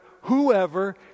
whoever